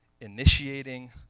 initiating